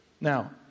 Now